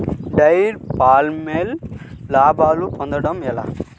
Dairy ఫామ్లో లాభాలు పొందడం ఎలా?